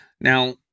Now